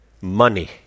money